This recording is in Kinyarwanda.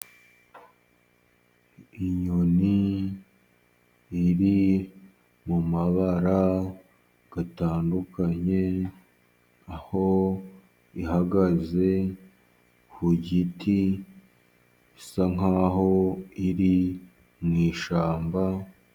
Inyoni iri mumabara atandukanye, aho ihagaze ku giti isa nkaho iri mu ishyamba.